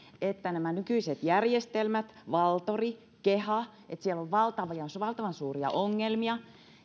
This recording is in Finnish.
että nykyisissä järjestelmissä valtori keha on valtavan suuria ongelmia